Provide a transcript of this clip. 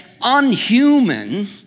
unhuman